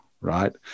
right